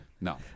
No